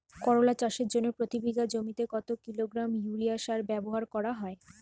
করলা চাষের জন্য প্রতি বিঘা জমিতে কত কিলোগ্রাম ইউরিয়া সার ব্যবহার করা হয়?